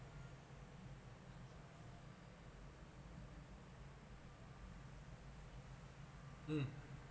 mm